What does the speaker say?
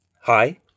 Hi